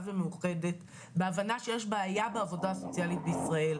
ומאוחדת בהבנה שיש בעיה בעבודה הסוציאלית בישראל,